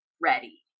ready